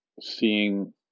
seeing